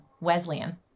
Wesleyan